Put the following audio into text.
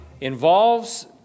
involves